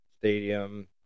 stadium